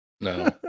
No